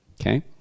Okay